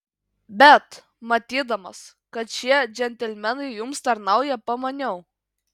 bet matydamas kad šie džentelmenai jums tarnauja pamaniau